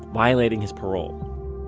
violating his parole